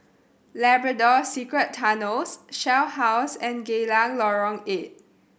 Labrador Secret Tunnels Shell House and Geylang Lorong Eight